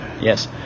yes